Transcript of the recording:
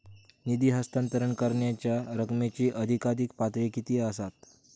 निधी हस्तांतरण करण्यांच्या रकमेची अधिकाधिक पातळी किती असात?